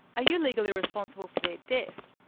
are you legally responsible for their death?